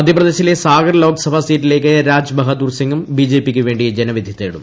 മധ്യപ്രദേശിലെ സാഗർ ലോക്സഭ സീറ്റിലേക്ക് രാജ് ബഹ്ദൂർ സിംഗും ബി ജെപി ക്ക് വേ ി ജനവിധി തേടും